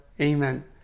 Amen